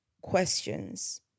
questions